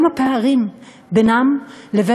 התקשורת,